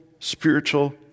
spiritual